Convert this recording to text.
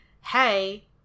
hey